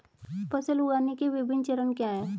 फसल उगाने के विभिन्न चरण क्या हैं?